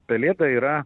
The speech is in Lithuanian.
pelėda yra